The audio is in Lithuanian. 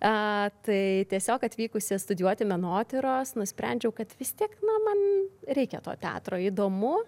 tai tiesiog atvykusi studijuoti menotyros nusprendžiau kad vis tiek na man reikia to teatro įdomu